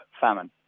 famine